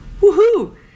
Woohoo